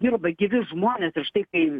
dirba gyvi žmonės ir štai kai